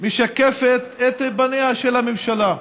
משקפת את פניה של הממשלה: